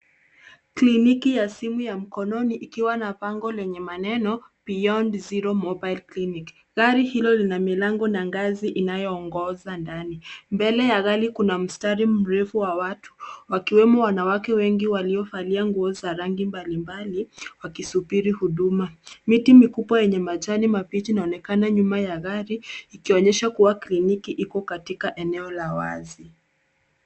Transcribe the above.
Kliniki ya simu ya mkononi ikiwa na bango lenye maneno Beyond Zero Mobile Clini. Gari hilo lina milango na ngazi inayoongoza ndani. Mbele ya gari kuna mstari mrefu wa watu wakiwemo wanawake wengi waliovalia nguo za rangi mbalimbali wakisubiri huduma. Miti mikubwa yenye majani mabichi inaonekana nyuma ya gari ikionyesha kuwa kliniki iko katika eneo la wazi.